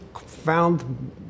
found